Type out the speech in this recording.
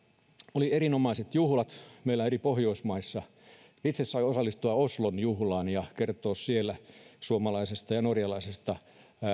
oli erinomaiset juhlat meillä eri pohjoismaissa itse sain osallistua oslon juhlaan ja kertoa siellä suomalaisesta ja norjalaisesta